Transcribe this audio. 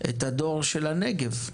את הדור של הנגב?